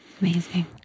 Amazing